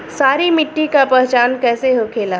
सारी मिट्टी का पहचान कैसे होखेला?